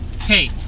hey